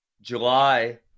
July